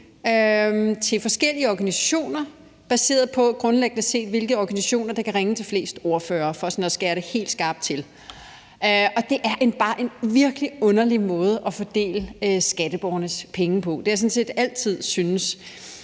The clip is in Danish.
til forskellige organisationer baseret på, hvilke organisationer der kan ringe til flest ordførere, for sådan at skære det helt skarpt til. Det har jeg sådan set altid syntes bare var en virkelig underlig måde at fordele skatteborgernes penge på. Det var sådan set også